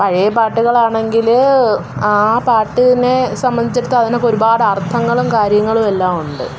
പഴയ പാട്ടുകളാണെങ്കില് ആ പാട്ടിനെ സംബന്ധിച്ചിടത്ത് അതിനൊക്കെ ഒരുപാട് അർത്ഥങ്ങളും കാര്യങ്ങളും എല്ലാമുണ്ട്